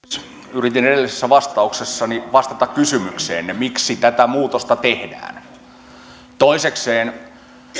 yritin edellisessä vastauksessani vastata kysymykseenne miksi tätä muutosta tehdään toisekseen